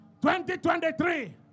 2023